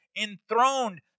enthroned